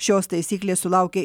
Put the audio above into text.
šios taisyklės sulaukė